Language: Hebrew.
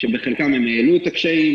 שבחלקן הם העלו את הקשיים.